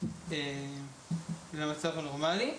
למצב הנורמלי.